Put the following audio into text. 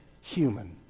human